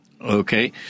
Okay